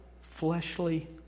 fleshly